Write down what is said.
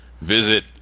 Visit